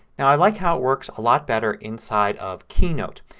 now i like how it works a lot better inside of keynote.